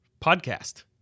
podcast